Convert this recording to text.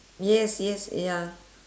yes yes ya